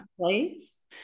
place